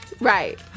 Right